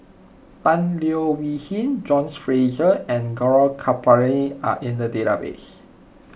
Tan Leo Wee Hin John Fraser and Gaurav Kripalani are in the database